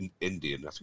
Indian